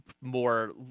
more